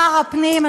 שר הפנים,